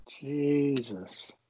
Jesus